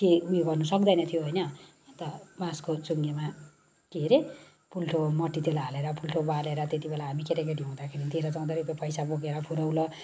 उयो गर्न सक्दैन थियो होइन अन्त बाँसको चुङ्गेमा के अरे पुल्ठो मट्टीतेल हालेर पुल्ठो बालेर त्यतिबेला हामी केटाकेटी हुँदाखेरि तेह्र चौध रूपियाँ पैसा बोकेर फुरौलो